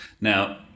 Now